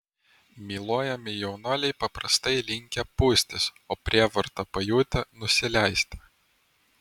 myluojami jaunuoliai paprastai linkę pūstis o prievartą pajutę nusileisti